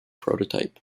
prototype